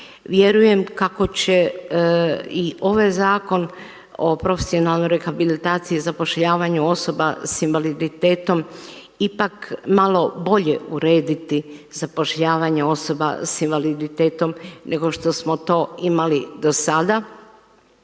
Vjerujem kako će i ovaj Zakon o profesionalnoj rehabilitaciji, zapošljavanju osoba sa invaliditetom ipak malo bolje urediti zapošljavanje osoba sa invaliditetom nego što smo to imali do sada,